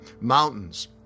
Mountains